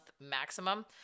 maximum